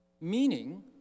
Meaning